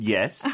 Yes